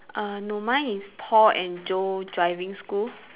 uh no mine is Paul and Joe driving school